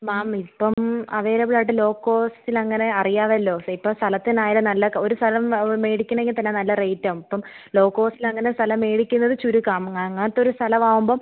മാം ഇപ്പം അവൈലബിൾ ആയിട്ട് ലോ കോസ്റ്റിൽ അങ്ങനെ അറിയാമല്ലോ ഇപ്പോൾ സ്ഥലത്തിനായാലും നല്ല ഒരു സ്ഥലം അത് മേടിക്കണമെങ്കിൽ തന്നെ നല്ല റേറ്റ് ആണ് ഇപ്പം ലോ കോസ്റ്റിൽ അങ്ങനെ സ്ഥലം മേടിക്കുന്നത് ചുരുക്കമാണ് അങ്ങനത്തെ ഒരു സ്ഥലം ആവുമ്പം